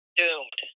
doomed